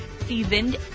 seasoned